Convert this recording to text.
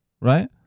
right